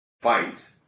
fight